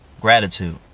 Gratitude